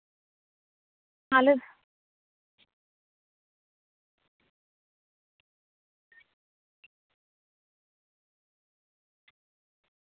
ᱟᱞᱮ